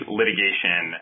litigation